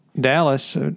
Dallas